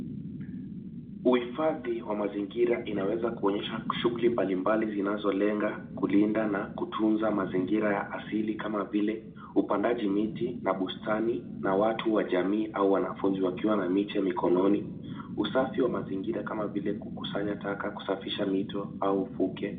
Uhifadhi wa mazingira inaweza kuonyesha shughuli mbali mbali zinazolenga kulinda na kutunza mazingira ya asili kama vile upandaji miti na bustani, na watu wa jamii au wanafunzi wakiwa na mito mikononi. Usafi wa mazingira kama vile kukusanya taka, kusafisha mito au ufuke.